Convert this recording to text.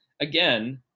Again